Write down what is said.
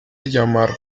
llamar